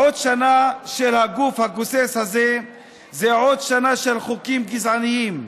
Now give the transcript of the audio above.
עוד שנה של הגוף הגוסס הזה זו עוד שנה של חוקים גזעניים,